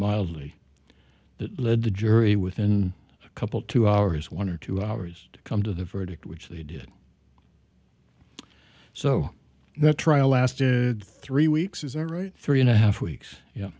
mildly that lead the jury within a couple two hours one or two hours to come to the verdict which they did so the trial lasted three weeks is that right three and a half weeks